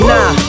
Nah